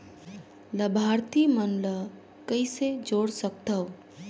लाभार्थी मन ल कइसे जोड़ सकथव?